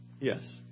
Yes